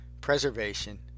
preservation